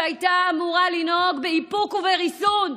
שהייתה אמורה לנהוג באיפוק ובריסון,